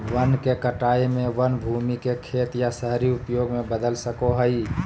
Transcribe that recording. वन के कटाई में वन भूमि के खेत या शहरी उपयोग में बदल सको हइ